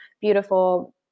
beautiful